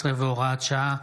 18 והוראת שעה)